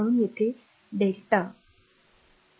म्हणून येथे delta eq i dt